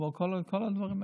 כל הדברים האלה.